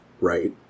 Right